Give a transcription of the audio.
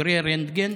בוגרי רנטגן,